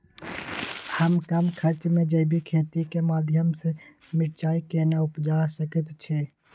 हम कम खर्च में जैविक खेती के माध्यम से मिर्चाय केना उपजा सकेत छी?